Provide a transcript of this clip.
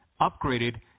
upgraded